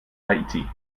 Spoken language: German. haiti